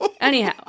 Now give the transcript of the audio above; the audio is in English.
Anyhow